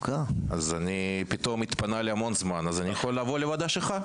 אז פתאום התפנה לי המון זמן אז אני יכול לבוא לוועדה שלך.